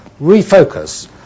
refocus